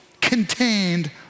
contained